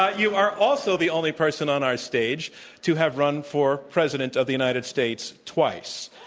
ah you are also the only person on our stage to have run for president of the united states twice.